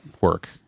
work